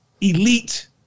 elite